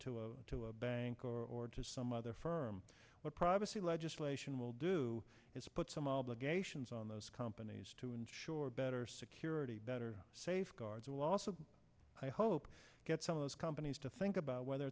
to a bank or to some other firm what privacy legislation will do is put some obligations on those companies to ensure better security better safeguards will also i hope get some of those companies to think about whether